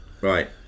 Right